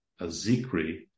Azikri